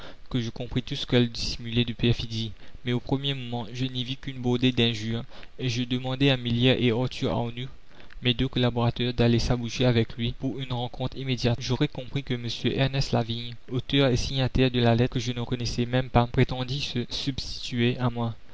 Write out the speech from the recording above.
que je compris tout ce qu'elle dissimulait de perfidie mais au premier moment je n'y vis qu'une bordée d'injures et je demandais à millière et arthur arnould mes deux collaborateurs la commune d'aller s'aboucher avec lui pour une rencontre immédiate j'aurais compris que m ernest lavigne auteur et signataire de la lettre que je ne connaissais même pas prétendît se substituer à moi